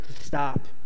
stop